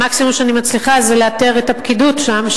המקסימום שאני מצליחה זה לאתר את הפקידות שם,